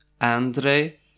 Andre